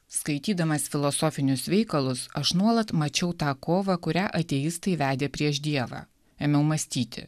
skaitydamas filosofinius veikalus aš nuolat mačiau tą kovą kurią ateistai vedė prieš dievą ėmiau mąstyti